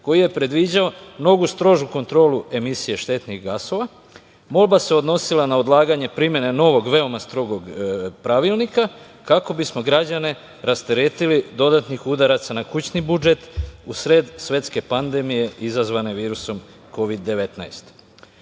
koji je predviđao mnogo strožu kontrolu emisije štetnih gasova. Molba se odnosila na odlaganje primene novog veoma strogog Pravilnika kako bismo građane rasteretili dodatnih udaraca na kućno budžet u sred svetske pandemije izazvane virusom Kovid